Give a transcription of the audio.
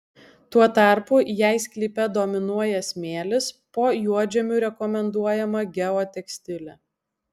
tuo tarpu jei sklype dominuoja smėlis po juodžemiu rekomenduojama geotekstilė